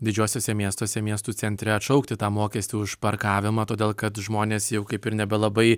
didžiuosiuose miestuose miestų centre atšaukti tą mokestį už parkavimą todėl kad žmonės jau kaip ir nebelabai